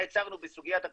נעצרנו בסוגיית התקציב,